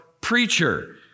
preacher